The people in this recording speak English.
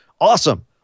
Awesome